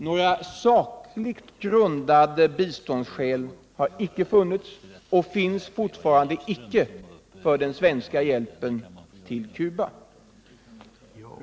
Några sakligt grundade skäl har inte funnits för den svenska hjälpen till Cuba.